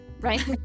right